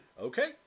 Okay